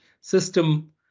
system